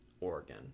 Oregon